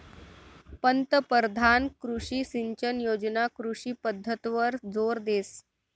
पंतपरधान कृषी सिंचन योजना कृषी पद्धतवर जोर देस